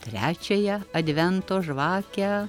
trečiąją advento žvakę